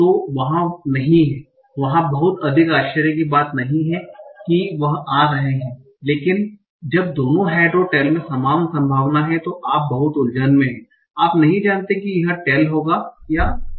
तो वहाँ नहीं है वहाँ बहुत अधिक आश्चर्य की बात नहीं है कि वह आ रहे हैं लेकिन जब दोनों हेड और टेल में समान संभावना है तो आप बहुत उलझन में हैं आप नहीं जानते कि यह हेड होगा या यह टेल होगा